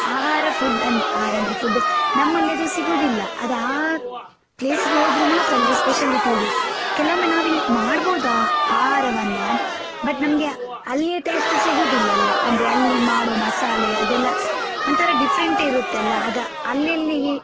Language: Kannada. ಆಹಾರ ಫುಡ್ ಅಂದ್ ಆಹಾರ ಅಂದರೆ ಫುಡ್ಡು ನಮ್ಮಲ್ಲಿ ಅದು ಸಿಗುವುದಿಲ್ಲ ಅದು ಆ ಪ್ಲೇಸಿಗೆ ಹೋದರೆ ಮಾತ್ರ ಅಲ್ಲಿಯ ಸ್ಪೆಷಲಿಟಿ ಇರುವುದು ಕೆಲವೊಮ್ಮೆ ನಾವಿಲ್ಲಿ ಮಾಡ್ಬೋದು ಆ ಆಹಾರವನ್ನು ಬಟ್ ನಮಗೆ ಅಲ್ಲಿಯ ಟೇಸ್ಟ ಸಿಗುವುದಿಲ್ಲಲ್ಲ ಅಂದರೆ ಅಲ್ಲಿ ಮಾಡೋ ಮಸಾಲೆ ಅದೆಲ್ಲ ಒಂಥರ ಡಿಫ್ರೆಂಟಿರುತ್ತಲ್ಲ ಅದು ಅಲ್ಲಲ್ಲಿಗೆ